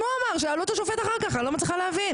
שאלו אחר כך את השופט והוא אמר.